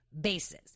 bases